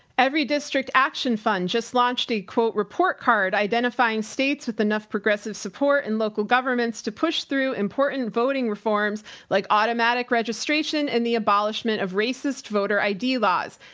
everydistrict action fund just launched a quote report card identifying states with enough progressive support and local governments to push through important voting reforms like automatic registration and the abolishment of racist voter id laws.